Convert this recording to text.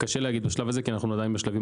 קשה להגיד בשלב הזה כי אנחנו עדיין בשלבים